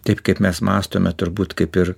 taip kaip mes mąstome turbūt kaip ir